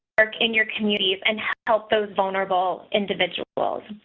in your communities and help those vulnerable individuals.